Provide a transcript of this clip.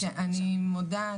יעל רון בן משה (כחול לבן): אני מודה,